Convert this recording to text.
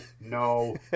no